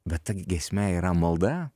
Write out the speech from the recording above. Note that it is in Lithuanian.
bet ta giesmė yra malda